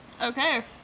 Okay